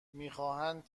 میخواهند